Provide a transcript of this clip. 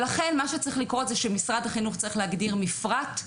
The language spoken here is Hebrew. ולכן מה שצריך לקרות זה שמשרד החינוך צריך להגדיר מפרט.